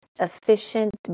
efficient